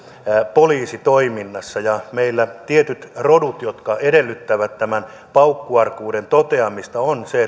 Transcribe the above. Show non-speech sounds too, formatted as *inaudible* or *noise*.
poliisitoiminnassa meillä on tietyt rodut joilta edellytetään tämän paukkuarkuuden toteamista ja se *unintelligible*